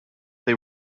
they